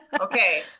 Okay